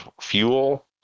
fuel